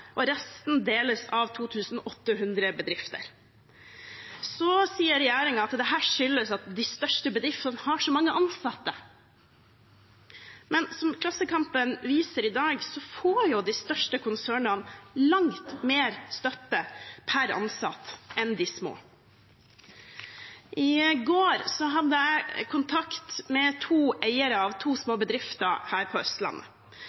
og resten deles av 2 800 bedrifter. Regjeringen sier at dette skyldes at de største bedriftene har så mange ansatte. Men som Klassekampen viser i dag, får de største konsernene langt mer støtte per ansatt enn de små. I går hadde jeg kontakt med to eiere av små bedrifter her på Østlandet.